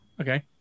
okay